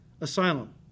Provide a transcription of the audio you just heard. asylum